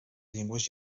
llengües